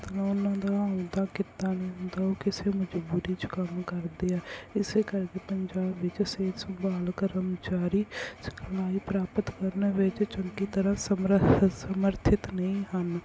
ਤਾਂ ਉਹਨਾਂ ਦਾ ਆਪਣਾ ਕਿੱਤਾ ਨਹੀਂ ਹੁੰਦਾ ਉਹ ਕਿਸੇ ਮਜ਼ਬੂਰੀ 'ਚ ਕੰਮ ਕਰਦੇ ਆ ਇਸ ਕਰਕੇ ਪੰਜਾਬ ਵਿੱਚ ਸਿਹਤ ਸੰਭਾਲ ਕਰਮਚਾਰੀ ਸਿਖਲਾਈ ਪ੍ਰਾਪਤ ਕਰਨ ਵਿੱਚ ਚੰਗੀ ਤਰ੍ਹਾਂ ਸਮਰਥ ਸਮਰਥਿਤ ਨਹੀਂ ਹਨ